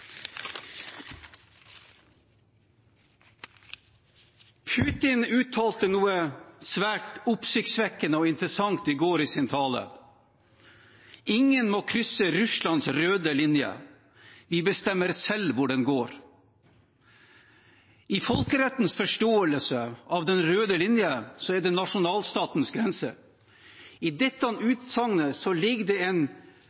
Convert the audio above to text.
Putin uttalte noe svært oppsiktsvekkende og interessant i sin tale i går: Ingen må krysse Russlands røde linje, vi bestemmer selv hvor den går. Folkerettens forståelse av den røde linje er nasjonalstatens grense. I dette